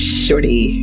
shorty